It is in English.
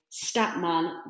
Statman